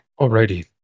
Alrighty